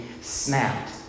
snapped